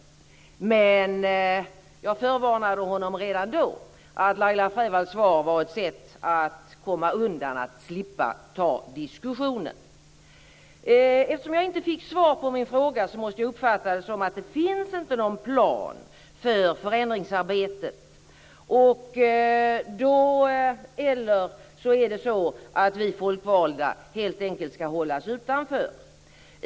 Jag förvarnade honom dock redan då att Laila Freivalds svar var ett sätt att komma undan från denna diskussion. Eftersom jag inte fick svar på min fråga måste jag uppfatta det antingen så att det inte finns någon plan för förändringsarbetet eller så att vi folkvalda helt enkelt skall hållas utanför.